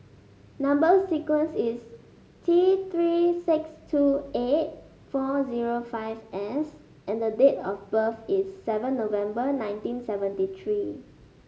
number sequence is T Three six two eight four zero five S and date of birth is seven November nineteen seventy three